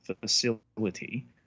facility